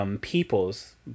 peoples